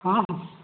ହଁ ହଁ